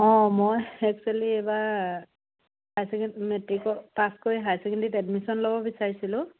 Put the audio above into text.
অঁ মই একচুৱেলি এইবাৰ হাই ছেকেণ্ড মেট্ৰিকৰ পাছ কৰি হাই ছেকেণ্ডেৰীত এডমিশ্যন ল'ব বিচাৰিছিলোঁ